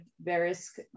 various